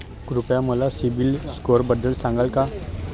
कृपया मला सीबील स्कोअरबद्दल सांगाल का?